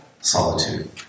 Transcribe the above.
solitude